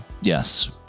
Yes